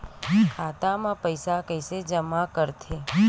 खाता म पईसा कइसे जमा करथे?